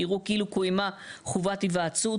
יראו כאילו קוימה חובת היוועצות.